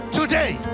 today